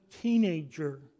teenager